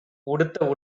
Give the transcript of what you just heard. உடுத்த